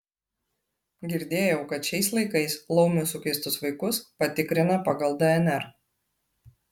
girdėjau kad šiais laikais laumių sukeistus vaikus patikrina pagal dnr